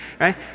Right